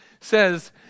says